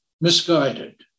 misguided